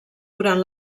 durant